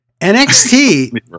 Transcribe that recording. NXT